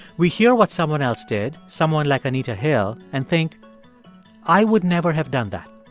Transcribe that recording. we hear what someone else did, someone like anita hill, and think i would never have done that.